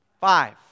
five